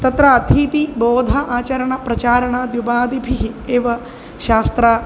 तत्र अतिथिबोधः आचरणप्रचारणाद्युपादिभिः एव शास्त्रम्